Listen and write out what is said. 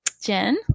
Jen